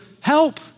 help